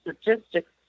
statistics